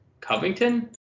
Covington